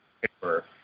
paper